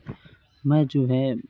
میں جو ہے